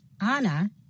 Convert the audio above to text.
Anna